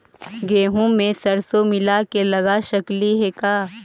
गेहूं मे सरसों मिला के लगा सकली हे का?